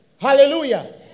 Hallelujah